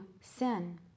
sin